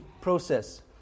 process